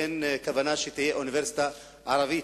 אין כוונה שתהיה אוניברסיטה ערבית,